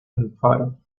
alfaro